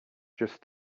just